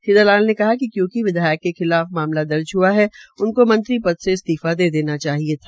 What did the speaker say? श्री दलाल ने कहा कि क्यूंकि विधायक के खिलाफ मामला दर्ज हुआ है उनको मंत्री पद से इस्तीफा दे देना चाहिए था